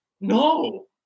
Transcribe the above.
No